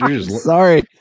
Sorry